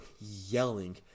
yelling